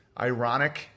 ironic